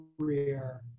career